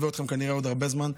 והיא תלווה אתכם כנראה עוד הרבה זמן,